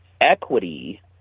equity